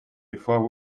before